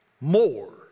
more